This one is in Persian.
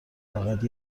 فقط